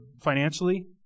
financially